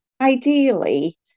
Ideally